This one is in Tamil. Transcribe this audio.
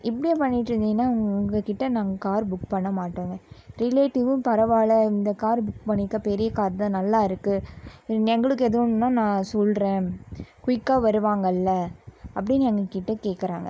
இப்படியே பண்ணிகிட்ருந்தீங்கனா உங்கள்கிட்ட நாங்கள் கார் புக் பண்ண மாட்டோங்க ரிலேட்டிவ்வும் பரவாயில்ல இந்த கார் புக் பண்ணியிருக்க பெரிய கார் தான் நல்லாயிருக்கு எங்களுக்கு எதுவும்னால் நான் சொல்கிறேன் குயிக்கா வருவாங்கல்லை அப்படீன்னு எங்கள்கிட்ட கேட்குறாங்க